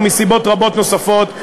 ומסיבות רבות נוספות,